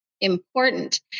important